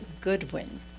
Goodwin